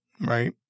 right